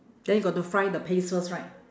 then you got to fry the paste first right